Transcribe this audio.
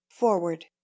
Forward